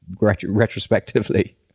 retrospectively